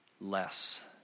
less